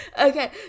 Okay